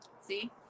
See